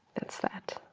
that's that.